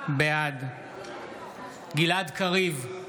בעד גלעד קריב,